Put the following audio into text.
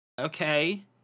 okay